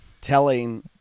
telling